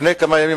לפני כמה ימים,